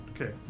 Okay